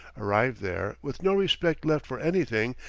arrived there, with no respect left for anything,